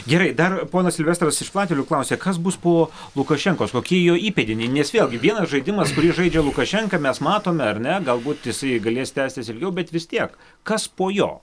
gerai dar ponas silvestras iš platelių klausia kas bus po lukašenkos kokie jo įpėdiniai nes vėlgi vienas žaidimas kurį žaidžia lukašenka mes matome ar ne galbūt jisai galės tęstis ilgiau bet vis tiek kas po jo